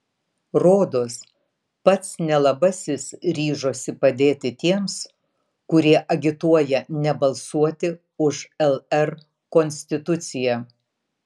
rodos pats nelabasis ryžosi padėti tiems kurie agituoja nebalsuoti už lr konstituciją